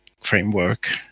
framework